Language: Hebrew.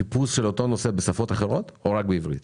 חיפוש של אותו נושא בשפות אחרות או רק בעברית?